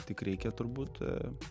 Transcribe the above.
tik reikia turbūt